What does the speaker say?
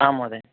आम् महोदय